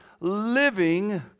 living